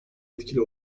etkili